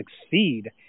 succeed